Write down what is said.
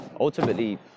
ultimately